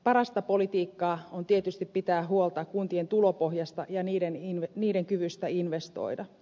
parasta politiikkaa on tietysti pitää huolta kuntien tulopohjasta ja niiden kyvystä investoida